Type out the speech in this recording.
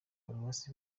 paruwasi